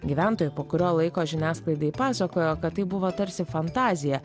gyventojai po kurio laiko žiniasklaidai pasakojo kad tai buvo tarsi fantazija